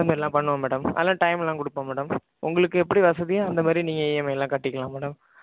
அதமாற்லா பண்ணுவோம் மேடம் அதுலாம் டைம்லாம் கொடுப்போ மேடம் உங்ளுக்கு எப்படி வசதியோ அந்த மாதிரி நீங்கள் இ எம் ஐயில கட்டிக்கலாம் மேடம்